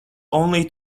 only